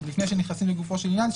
עוד לפני שנכנסים לגופו של עניין,